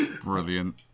Brilliant